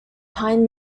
pine